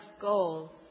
goal